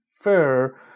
fair